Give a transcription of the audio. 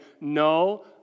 no